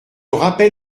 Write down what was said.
rappel